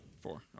Four